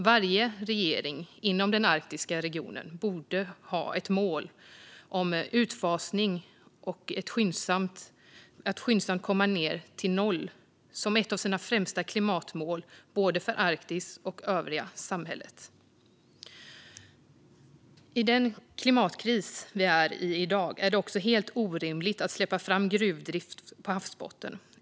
Varje regering inom den arktiska regionen borde ha ett mål om utfasning och att skyndsamt komma ned till noll som ett av sina främsta klimatmål både för Arktis och för övriga samhället. I den klimatkris vi i dag är i är det helt orimligt att släppa fram gruvdrift på havsbotten.